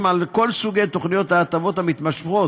על כל סוגי תוכניות ההטבות המתמשכות